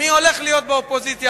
מי הולך להיות באופוזיציה,